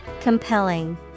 Compelling